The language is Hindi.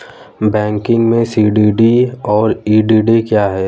बैंकिंग में सी.डी.डी और ई.डी.डी क्या हैं?